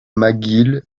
mcgill